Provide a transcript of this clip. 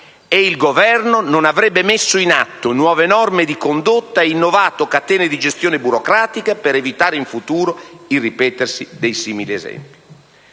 e il Governo non avrebbe messo in atto nuove norme di condotta ed innovato catene di gestione burocratica per evitare in futuro il ripetersi di simili esempi.